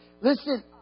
Listen